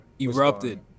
erupted